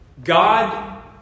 God